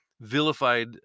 vilified